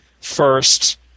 first